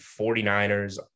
49ers